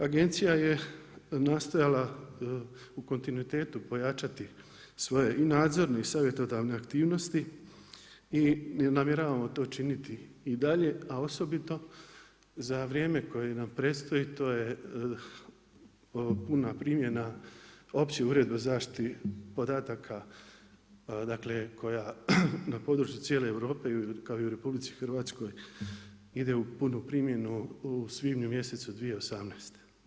Agencija je nastojala u kontinuitetu pojačati svoje i nadzorne i savjetodavne aktivnosti i namjeravamo to činiti i dalje, a osobito za vrijeme koje nam predstoji to je puna primjena Opće uredbe o zaštiti podataka, dakle koja na području cijele Europe kao i u RH ide u punu primjenu u svibnju mjesecu 2018.